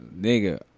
Nigga